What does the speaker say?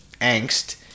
angst